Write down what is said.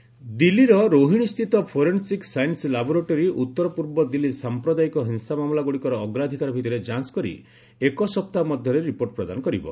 forensic violence ଦିଲ୍ଲୀର ରୋହିଣୀ ସ୍ଥିତ forensic science laboratory ଉତ୍ତରପୂର୍ବ ଦିଲ୍ଲୀ ସାମ୍ପ୍ରଦାୟିକ ହିଂସାମାମଲାଗୁଡ଼ିକର ଅଗ୍ରାଧିକାର ଭିଭିରେ ଯାଞ୍ଚ କରି ଏକ ସପ୍ତାହ ମଧ୍ୟରେ ରିପୋର୍ଟ ପ୍ରଦାନ କରିବ